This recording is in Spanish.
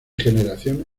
generación